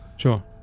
Sure